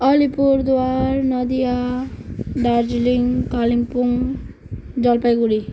Alipurduar Nadia Darjeeling Kalimpong Jalpaiguri